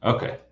Okay